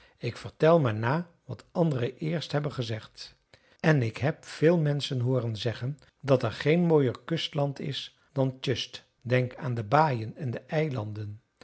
ik vertel maar na wat anderen eerst hebben gezegd en ik heb veel menschen hooren zeggen dat er geen mooier kustland is dan tjust denk aan de baaien en de eilanden